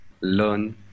learn